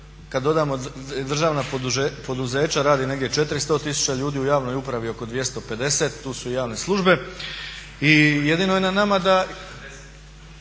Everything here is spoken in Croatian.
kad dodamo državna poduzeća radi negdje 400 tisuća ljudi, u javnoj upravi oko 250, tu su i javne službe i jedino je na nama da,